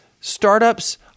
Startups